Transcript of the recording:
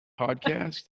podcast